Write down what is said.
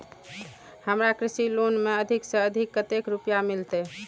हमरा कृषि लोन में अधिक से अधिक कतेक रुपया मिलते?